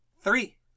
three